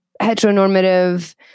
heteronormative